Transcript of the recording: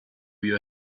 you